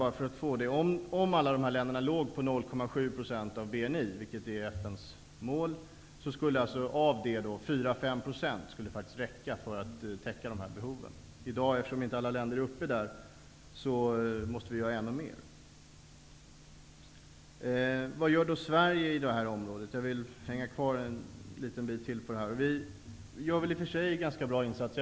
Om alla dessa länder lämnade ett bistånd på 0,7 % av BNI, vilket är FN:s mål, skulle 4--5 % av detta räcka för att täcka de behov som finns i dag. Eftersom inte alla länder har nått dit måste vi göra ännu mer. Vad gör då Sverige på det här området? Jag vill hänga kvar en stund till vid detta. Vi gör väl i och för sig en ganska bra insats.